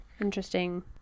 interesting